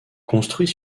construit